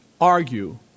argue